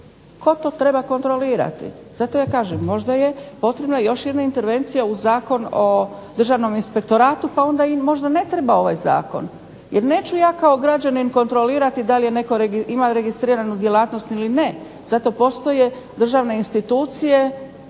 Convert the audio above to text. tko to treba kontrolirati? Zato ja kažem, možda je potrebna još jedna intervencija u Zakon o Državnom inspektoratu pa onda i možda ne treba ovaj zakon. Jer neću ja kao građanin kontrolirati da li je netko imao registriranu djelatnost ili ne, zato postoje državne institucije,